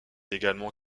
également